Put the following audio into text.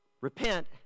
repent